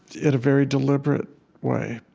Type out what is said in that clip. in a very deliberate way